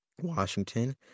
Washington